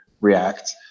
react